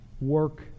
work